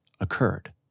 occurred